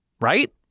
right